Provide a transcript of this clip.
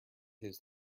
his